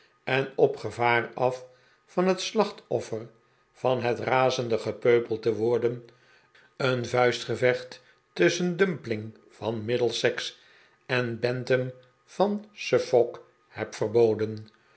en opgevaar af van het slachtoffer van het razende gepeupel te worden een vuistgevecht tusschen dumpling van middlesex en bantam van suffolk neb